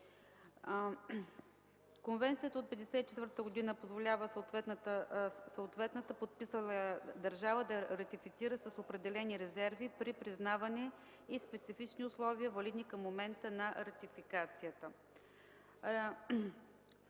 Конвенцията от 1954 г. позволява съответната подписала я държава да я ратифицира с определени резерви при признаване на специфични условия, валидни към момента на ратификацията.